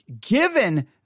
given